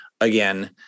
Again